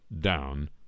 down